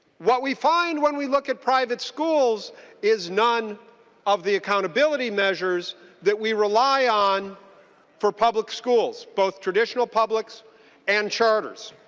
what we find when we look at private schools is none of the accountability measures that we rely on for public schools both traditional public and charters.